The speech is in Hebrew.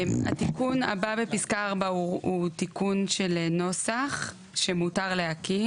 התיקון הבא בפסקה 4 הוא תיקון של נוסח שמותר להקים,